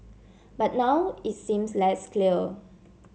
but now it seems less clear